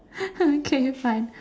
okay you fun